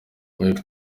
mike